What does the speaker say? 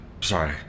Sorry